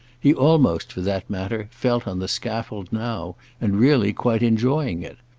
he almost, for that matter, felt on the scaffold now and really quite enjoying it.